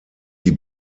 die